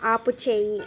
ఆపుచేయి